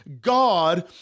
God